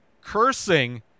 cursing